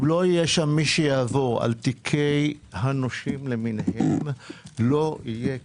אם לא יהיה שם מי שיעבור על תיקי הנושים למיניהם לא יהיה כסף,